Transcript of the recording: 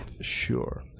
Sure